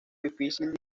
difícil